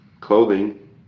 clothing